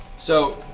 so,